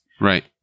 Right